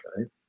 okay